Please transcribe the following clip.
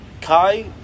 Kai